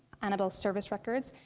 anibal's service records,